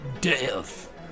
death